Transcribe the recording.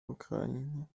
ukraine